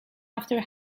after